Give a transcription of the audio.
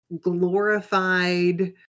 glorified